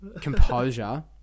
Composure